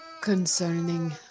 concerning